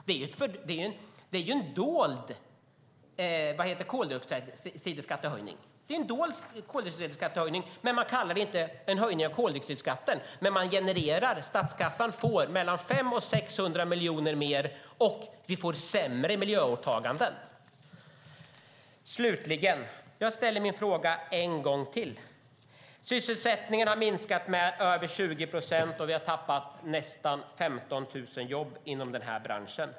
Det är ju en dold koldioxidskattehöjning, men man kallar det inte för det. Statskassan får mer, och miljöåtagandet blir sämre. Slutligen: Jag ställer min fråga ytterligare en gång. Sysselsättningen har minskat med över 20 procent och nästan 15 000 jobb har försvunnit inom den här branschen.